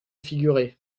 figurer